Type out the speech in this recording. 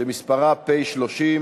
שמספרה פ/83.